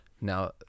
Now